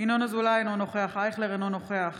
ינון אזולאי, אינו נוכח ישראל אייכלר, אינו נוכח